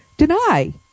deny